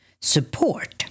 support